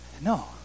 No